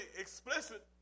explicit